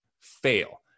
fail